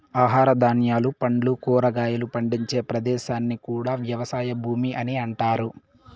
ఆహార ధాన్యాలు, పండ్లు, కూరగాయలు పండించే ప్రదేశాన్ని కూడా వ్యవసాయ భూమి అని అంటారు